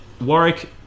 Warwick